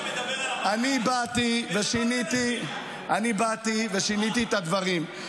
אתה דיברת --- אותו דוח שמדבר --- אני באתי ושיניתי את הדברים.